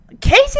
Casey